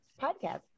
Podcast